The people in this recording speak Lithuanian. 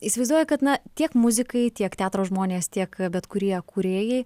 įsivaizduoju kad na tiek muzikai tiek teatro žmonės tiek bet kurie kūrėjai